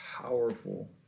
powerful